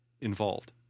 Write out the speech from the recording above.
involved